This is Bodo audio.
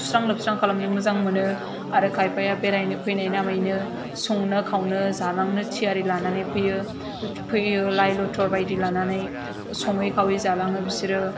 सुस्रां लोबस्रां खालामनो मोजां मोनो आरो खायफाया बेरायनो फैनाय नामैनो संनो खावनो जालांनो थियारि लानानै फैयो फैयो लाय लथर बायदि लानानै संङै खावै जालांङो बिसोरो